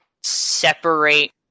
separate